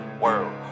world